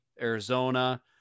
Arizona